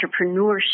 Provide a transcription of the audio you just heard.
entrepreneurship